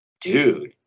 dude